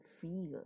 feel